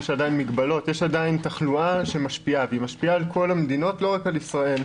יש תחלואה שמשפיעה על כל המדינות ולא רק על ישראל.